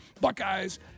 Buckeyes